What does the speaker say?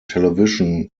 television